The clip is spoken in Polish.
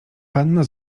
panno